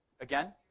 Again